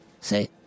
Say